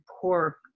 pork